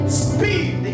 speed